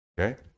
Okay